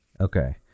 okay